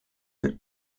that